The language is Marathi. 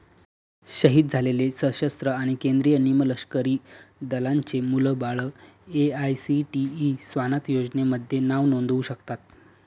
शहीद झालेले सशस्त्र आणि केंद्रीय निमलष्करी दलांचे मुलं बाळं ए.आय.सी.टी.ई स्वानथ योजनेमध्ये नाव नोंदवू शकतात